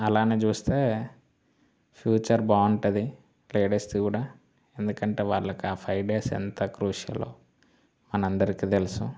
అలానే చూస్తే ఫ్యూచర్ బాగుంటుంది లేడీస్ది కూడా ఎందుకంటే వాళ్ళకు ఆ ఫైవ్ డేసే ఎంత క్రూషియలో మనందరికీ తెలుసు